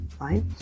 right